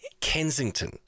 Kensington